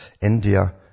India